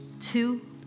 two